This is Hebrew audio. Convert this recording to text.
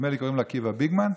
נדמה לי שקוראים לו עקיבא ביגמן,